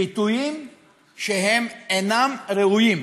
ביטויים שהם אינם ראויים.